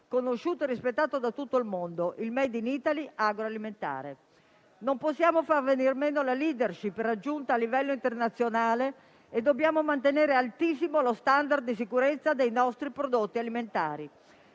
conosciuto e rispettato da tutto il mondo: il *made in Italy* agroalimentare. Non possiamo far venir meno la *leadership* raggiunta a livello internazionale e dobbiamo mantenere altissimo lo *standard* di sicurezza dei nostri prodotti alimentari.